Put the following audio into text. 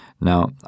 Now